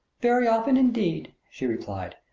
very often indeed, she replied.